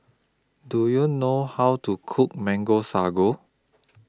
Do YOU know How to Cook Mango Sago